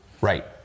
Right